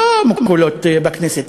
שלא מקובלות בכנסת,